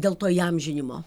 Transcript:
dėl to įamžinimo